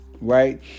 Right